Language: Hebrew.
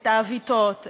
את העוויתות,